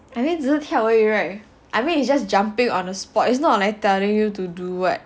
I mean 只是跳而已 right I mean it's just jumping on a spot it's not like telling you to do what